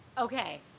Okay